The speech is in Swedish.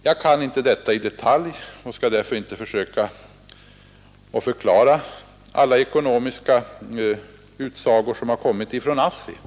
Jag kan inte detta i detalj och skall därför inte försöka förklara alla ekonomiska utsagor som kommit från ASSI.